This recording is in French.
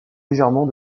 légèrement